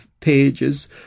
pages